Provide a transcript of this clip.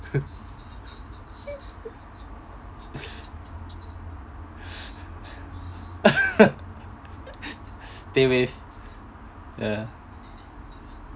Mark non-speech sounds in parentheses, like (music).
(laughs) pay wave ya